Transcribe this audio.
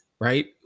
Right